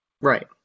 Right